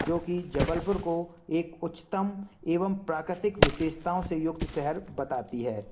जो कि जबलपुर को एक उच्चतम एवं प्राकृतिक विशेषताओं से युक्त शहर बताती है